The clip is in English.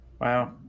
Wow